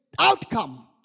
outcome